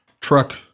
truck